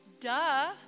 duh